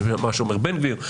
אני שומע מה אומר בן גביר,